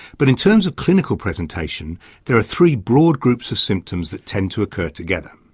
but in terms of clinical presentation there are three broad groups of symptoms that tend to occur together.